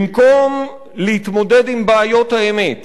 במקום להתמודד עם בעיות האמת,